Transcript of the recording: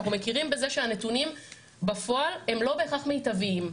אנחנו מכירים בזה שהנתונים בפועל הם לא בהכרח מיטביים.